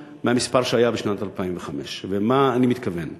מהמספר שהיה בשנת 2005. ולמה אני מתכוון?